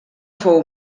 fou